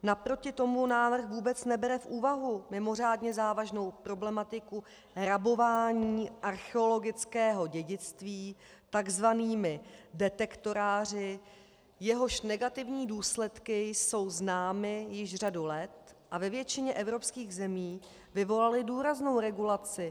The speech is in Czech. Naproti tomu návrh vůbec nebere v úvahu mimořádně závažnou problematiku rabování archeologického dědictví takzvanými detektoráři, jehož negativní důsledky jsou známy již řadu let a ve většině evropských zemí vyvolaly důraznou regulaci.